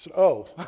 so oh,